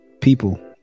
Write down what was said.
people